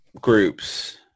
groups